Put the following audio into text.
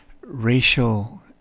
racial